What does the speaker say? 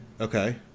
Okay